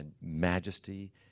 majesty